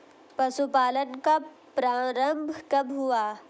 पशुपालन का प्रारंभ कब हुआ?